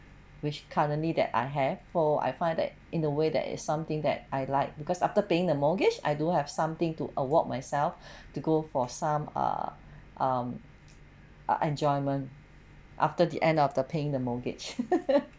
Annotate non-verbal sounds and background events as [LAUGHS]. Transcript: which currently that I have for I find that in the way that is something that I like because after paying the mortgage I do have something to award myself to go for some uh um enjoyment after the end of the paying the mortgage [LAUGHS]